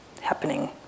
happening